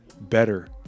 better